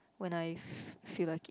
when I f~ feel like it